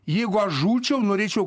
jeigu aš žūčiau norėčiau